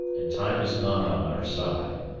and time is not on our side,